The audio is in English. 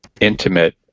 intimate